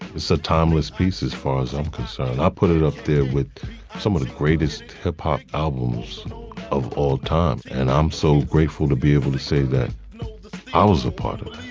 it's a timeless piece as far as i'm concerned i put it up there with some of the greatest hip hop albums of all time and i'm so grateful to be able to say that i was a part of